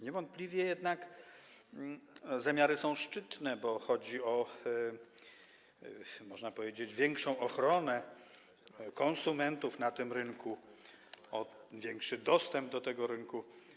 Niewątpliwie zamiary są szczytne, bo chodzi o, można powiedzieć, większą ochronę konsumentów na tym rynku, o większy dostęp do tego rynku.